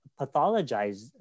pathologize